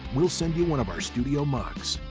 we'll send you one of our studio mugs.